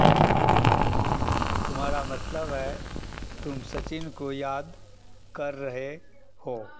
तुम्हारा मतलब है तुम सचिन को याद कर रहे हो